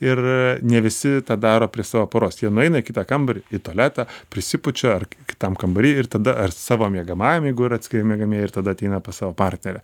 ir ne visi tą daro prie savo poros jie nueina į kitą kambarį į tualetą prisipučia ar kitam kambary ir tada ar savo miegamajam jeigu yra atskiri miegamieji ir tada ateina pas savo partnerę